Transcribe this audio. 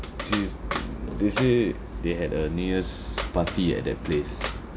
this they say they had a new year's party at that place